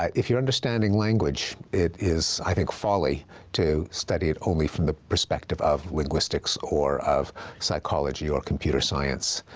if you're understanding language, it is, i think, folly to study it only from the perspective of linguistics or of psychology or computer science.